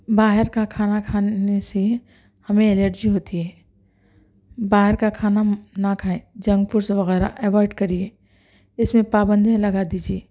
باہر کا کھانا کھانے سے ہمیں ایلرجی ہوتی ہے باہر کا کھانا نہ کھائیں جنک فوڈ وغیرہ اوائڈ کریے اِس میں پابندیاں لگا دیجیے